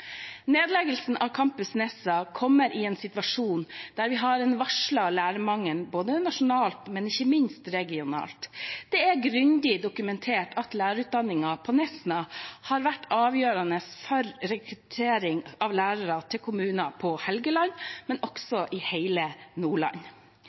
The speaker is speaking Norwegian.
Nedleggelsen av Campus Nesna kommer i en situasjon der vi har en varslet lærermangel, både nasjonalt og – ikke minst – regionalt. Det er grundig dokumentert at lærerutdanningen på Nesna har vært avgjørende for rekruttering av lærere til kommunene på Helgeland, men også